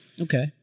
Okay